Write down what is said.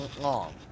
Long